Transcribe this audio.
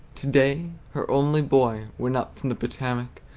to-day her only boy went up from the potomac,